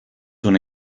una